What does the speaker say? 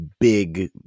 big